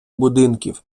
будинків